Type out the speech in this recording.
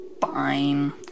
fine